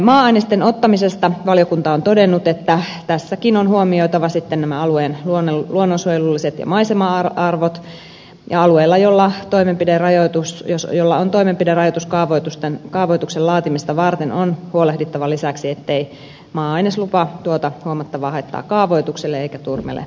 maa ainesten ottamisesta valiokunta on todennut että tässäkin on huomioitava nämä alueen luonnonsuojelulliset ja maisema arvot ja alueella jolla on toimenpiderajoitus kaavoituksen laatimista varten on huolehdittava lisäksi ettei maa aineslupa tuota huomattavaa haittaa kaavoitukselle eikä turmele maisemakuvaa